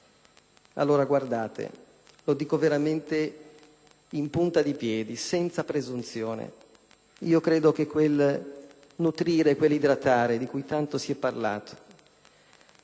civiltà. Lo dico veramente in punta di piedi, senza presunzione: credo che quel nutrire e quell'idratare, di cui tanto si è parlato,